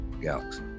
galaxy